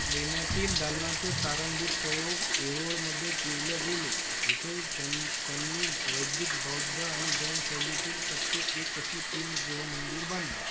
लेण्यातील दालनांचे प्रारंभिक प्रयोग ऐहोळमध्ये केले गेले येथे त्यांनी त्यांनी वैदिक बौद्ध आणि जैन शैलीतील प्रत्येक एक अशी तीन गृह मंदिर बांधली